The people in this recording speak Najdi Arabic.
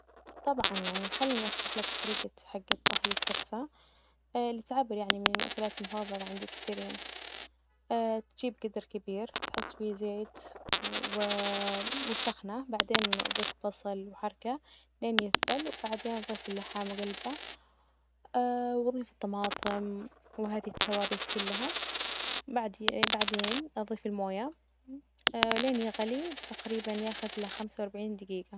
طبعا يعني خلني أشرح لك طريجة حجة طهي الكبسة اللي تعبر يعني من الأكلات المفضلة عند كثيرين تجيب جدر كبير تحط فيه زيت و وسخنة، بعدين أضيف بصل وحركه لين يذبل، وبعدين أضيف اللحم وأجلبه وأضيف الطماطم وهذي التوابل كلها، بعد- بعدين أضيف الموية لين يغلي، تجريبا يأخذ لخمسة وأربعين دجيجة.